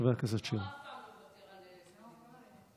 חבר הכנסת שירי.